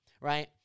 Right